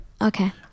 Okay